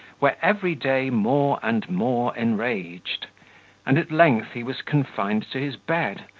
were every day more and more enraged and at length he was confined to his bed,